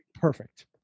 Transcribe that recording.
Perfect